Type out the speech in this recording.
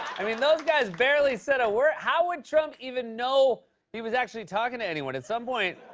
i mean, those guys barely said a word. how would trump even know he was actually talkin' to anyone? at some point,